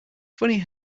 funny